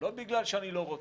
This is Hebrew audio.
לא בגלל שאני לא רוצה,